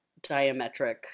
diametric